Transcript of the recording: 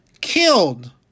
killed